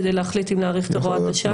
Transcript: כדי להחליט אם נאריך את הוראה השעה?